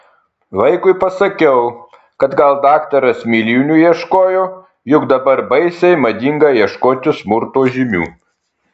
vaikui pasakiau kad gal daktaras mėlynių ieškojo juk dabar baisiai madinga ieškoti smurto žymių